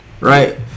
Right